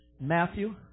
Matthew